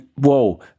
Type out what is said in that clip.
whoa